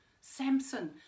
Samson